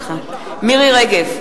מירי רגב,